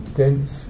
dense